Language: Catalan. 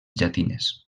llatines